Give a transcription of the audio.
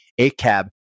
ACAB